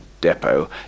depot